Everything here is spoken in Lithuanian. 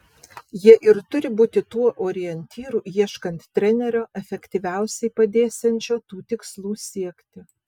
jie ir turi būti tuo orientyru ieškant trenerio efektyviausiai padėsiančio tų tikslų siekti